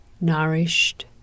nourished